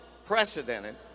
unprecedented